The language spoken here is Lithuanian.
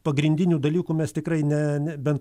pagrindinių dalykų mes tikrai ne bent